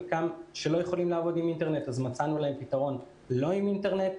למי שלא יכולים לעבוד עם אינטרנט מצאנו להם פתרון בלי אינטרנט.